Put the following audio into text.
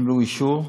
שקיבלו אישור.